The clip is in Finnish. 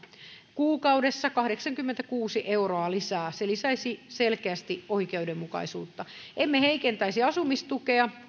kuukaudessa kahdeksankymmentäkuusi euroa lisää se lisäisi selkeästi oikeudenmukaisuutta emme heikentäisi asumistukea